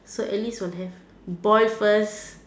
so at least will have boil first